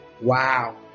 wow